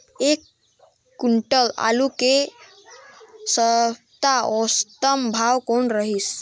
एक क्विंटल आलू के ऐ सप्ता औसतन भाव कौन रहिस?